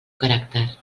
caràcter